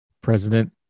President